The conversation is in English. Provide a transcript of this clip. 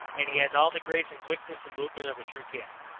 and he has all the grace and quickness in movement of a true cat.